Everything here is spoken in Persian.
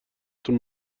تون